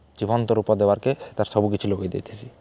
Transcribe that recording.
ଜୀବନ୍ତ ରୂପ ଦେବାକେ ସେ ତାର୍ ସବୁକିଛି ଲଗେଇ ଦେଇଥିସି